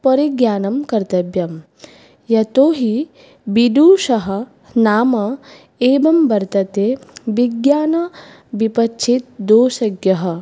परिज्ञानं कर्तव्यं यतो हि बिदुषः नाम एवं वर्तते विज्ञान विपच्छेद दोषज्ञः